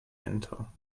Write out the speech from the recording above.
enter